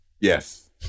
yes